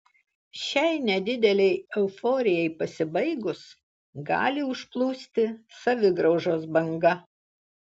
šiai nedidelei euforijai pasibaigus gali užplūsti savigraužos banga